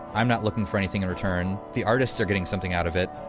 i'm not looking for anything in return, the artists are getting something out of it,